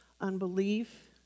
unbelief